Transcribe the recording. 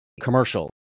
Commercial